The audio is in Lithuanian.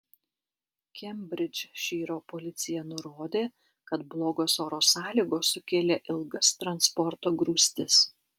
kembridžšyro policija nurodė kad blogos oro sąlygos sukėlė ilgas transporto grūstis